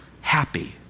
Happy